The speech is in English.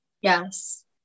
Yes